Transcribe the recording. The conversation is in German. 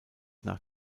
nach